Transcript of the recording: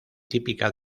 típica